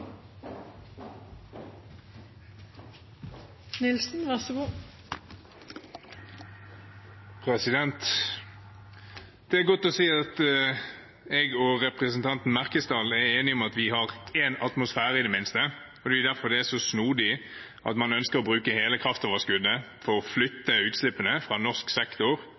godt å se at jeg og representanten Monsen Merkesdal i det minste er enige om at vi har én atmosfære. Det er derfor det er så snodig at man ønsker å bruke hele kraftoverskuddet for å flytte utslippene fra norsk